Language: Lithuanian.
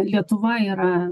lietuva yra